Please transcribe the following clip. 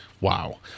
Wow